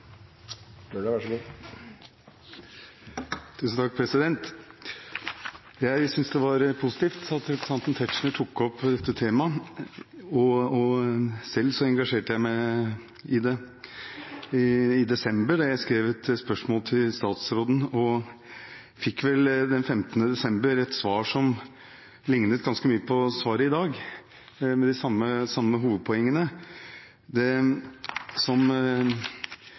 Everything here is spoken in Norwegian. Tetzschner har tatt opp dette temaet. Selv engasjerte jeg meg i det da jeg i desember hadde et skriftlig spørsmål til statsråden, som jeg den 15. desember fikk et svar på som lignet ganske mye på svaret i dag, med de samme hovedpoengene. Jeg må si at jeg etter å ha sett det